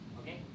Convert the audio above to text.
Okay